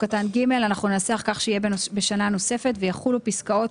קטן (ג) כך שיהיה בשנה נוספת ויחולו פסקאות